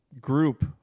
group